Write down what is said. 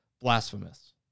blasphemous